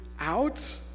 out